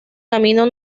camino